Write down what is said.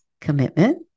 commitment